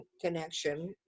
connection